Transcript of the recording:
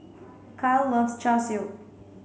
Kiel loves Char Siu